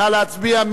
נא להצביע.